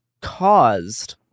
caused